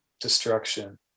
destruction